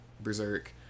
Berserk